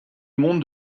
monde